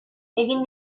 egin